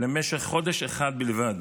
למשך חודש אחד בלבד